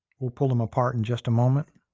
we'll pull them apart in just a moment